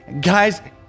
Guys